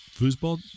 foosball